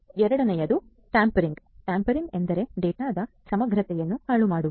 ಎರಡನೆಯದು tampering tampering ಎಂದರೆ data ದ ಸಮಗ್ರತೆಯನ್ನು ಹಾಳು ಮಾಡುವುದು